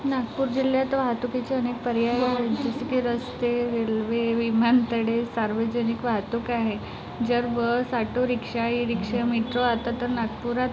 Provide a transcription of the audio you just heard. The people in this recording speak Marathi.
नागपूर जिल्ह्यात वाहतुकीचे अनेक पर्याय आहेत जसे की रस्ते रेल्वे विमानतळे सार्वजनिक वाहतूक आहे जर bus auto rickshaw e rickshaw metro आता तर नागपूरात